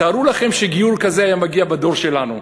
תארו לכם שגיור כזה היה מגיע בדור שלנו,